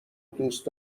دوست